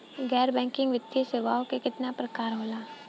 गैर बैंकिंग वित्तीय सेवाओं केतना प्रकार के होला?